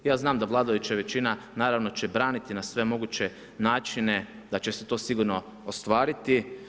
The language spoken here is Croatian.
Ja znam da vladajuća većina naravno će braniti na sve moguće načine, da će se to sigurno ostvariti.